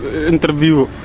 interview.